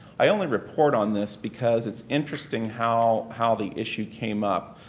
i only report on this because it's interesting how how the issue came up.